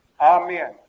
Amen